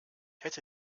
hätte